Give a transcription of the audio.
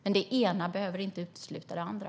Men det ena behöver inte utesluta det andra.